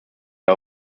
der